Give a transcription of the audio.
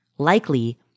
Likely